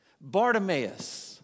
Bartimaeus